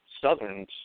Southern's